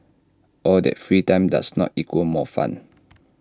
all that free time does not equal more fun